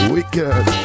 Wicked